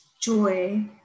joy